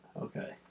Okay